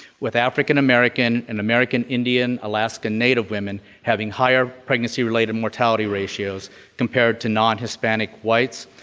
with african-american, and american-indian, alaskan native women having higher pregnancy-related mortality ratios compared to non-hispanic whites,